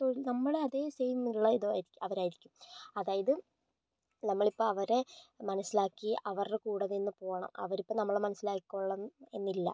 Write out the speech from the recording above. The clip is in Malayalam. തൊഴി നമ്മുടെ അതേ സെയിം ഉള്ള ഇത് അവരായിരിക്കും അതായത് നമ്മളിപ്പോൾ അവരെ മനസിലാക്കി അവരുടെ കൂടെ നിന്ന് പോവണം അവരിപ്പോൾ നമ്മളെ മനസ്സിലാക്കിക്കോളണം എന്നില്ല